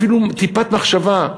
אפילו טיפת מחשבה.